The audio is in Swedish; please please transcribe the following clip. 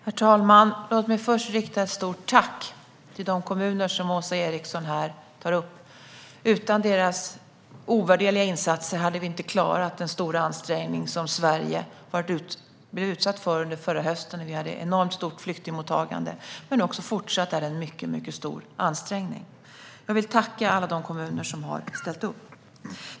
Herr talman! Låt mig först rikta ett stort tack till de kommuner som Åsa Eriksson här tar upp. Utan deras ovärderliga insatser hade vi inte klarat den stora ansträngning som Sverige utsattes för under förra hösten, då vi hade ett enormt stort flyktingmottagande. Ansträngningen är stor även fortsättningsvis. Jag vill tacka alla de kommuner som har ställt upp.